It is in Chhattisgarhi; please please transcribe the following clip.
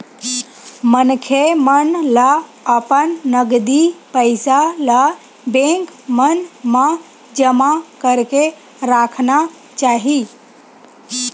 मनखे मन ल अपन नगदी पइया ल बेंक मन म जमा करके राखना चाही